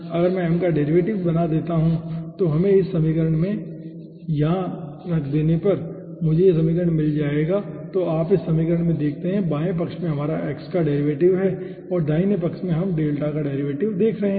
तो अगर मैं m का डेरिवेटिव बना देता हूं और इसे इस समीकरण में यहां रखता हूं तो मुझे यह समीकरण मिल जाएगा जो आप इस समीकरण में देखते हैं कि बाएं पक्ष में हमारा x का डेरिवेटिव हैं और दाहिने पक्ष में हम डेल्टा का डेरिवेटिव देख रहे हैं